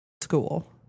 school